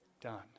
done